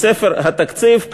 מספר התקציב.